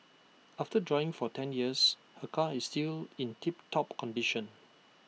after driving for ten years her car is still in tip top condition